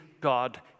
God